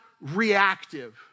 reactive